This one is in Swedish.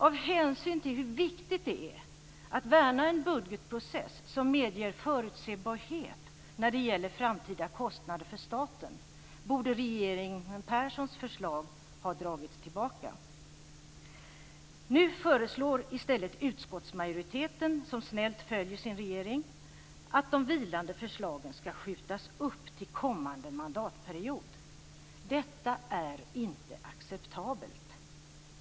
Av hänsyn till hur viktigt det är att värna en budgetprocess som medger förutsägbarhet när det gäller framtida kostnader för staten borde regeringen Perssons förslag ha dragits tillbaka. Nu föreslår i stället utskottsmajoriteten, som snällt följer sin regering, att de vilande förslagen skall skjutas upp till kommande mandatperiod. Detta är inte acceptabelt.